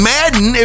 Madden